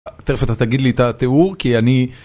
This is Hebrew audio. תכף אתה תגיד לי את התיאור כי אני...